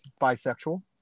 bisexual